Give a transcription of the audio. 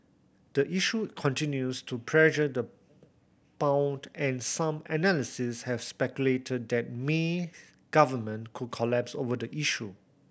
the issue continues to pressure the pound and some analyst have speculated that May government could collapse over the issue